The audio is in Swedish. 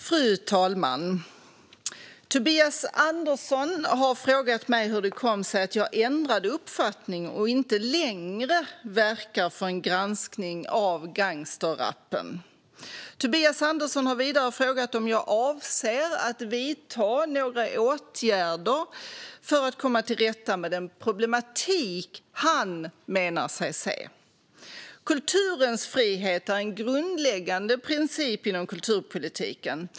Fru talman! Tobias Andersson har frågat mig hur det kom sig att jag ändrade uppfattning och inte längre verkar för en granskning av gangsterrappen. Tobias Andersson har vidare frågat om jag avser att vidta några åtgärder för att komma till rätta med den problematik han menar sig se. Kulturens frihet är en grundläggande princip inom kulturpolitiken.